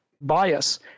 bias